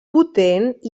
potent